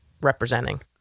representing